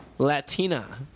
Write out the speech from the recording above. Latina